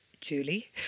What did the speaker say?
Julie